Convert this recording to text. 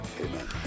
Amen